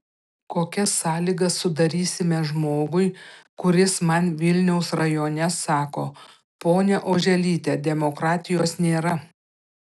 kokias sąlygas sudarysime žmogui kuris man vilniaus rajone sako ponia oželyte demokratijos nėra